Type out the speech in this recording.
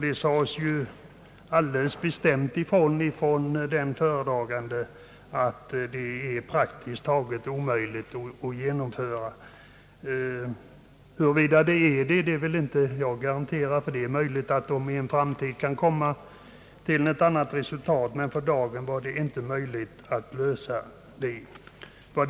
Den föredragande sade bestämt ifrån, att det är praktiskt taget omöjligt att genomföra ett sådant system. Riktigheten i detta uttalande vill jag inte garantera, ty det är möjligt att man i framtiden kan komma till ett annat resultat. För dagen anses det dock inte möjligt att lösa problemet.